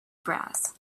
brass